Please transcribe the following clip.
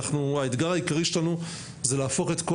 האתגר העיקרי שלנו הוא להפוך את כל